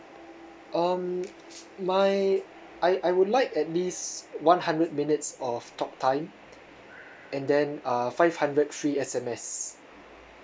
um my I I would like at least one hundred minutes of talk time and then uh five hundred free S_M_S